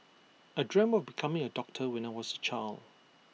I dreamt of becoming A doctor when I was A child